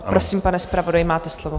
Prosím, pane zpravodaji, máte slovo.